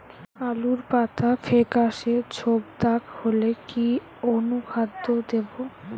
আলুর পাতা ফেকাসে ছোপদাগ হলে কি অনুখাদ্য দেবো?